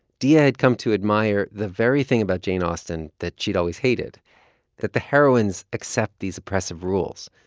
diaa had come to admire the very thing about jane austen that she'd always hated that the heroines accept these oppressive rules.